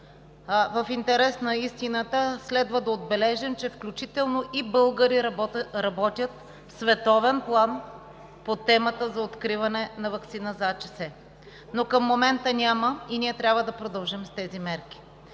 В интерес на истината следва да отбележим, че включително и българи работят в световен план по темата за откриване на ваксина за африканската чума по свинете, но към момента няма и ние трябва да продължим с тези мерки.